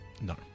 No